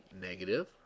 negative